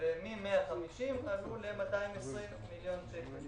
ומ-150 מיליון שקל עלו ל-220 מיליון שקל.